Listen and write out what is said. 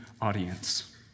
audience